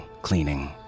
Cleaning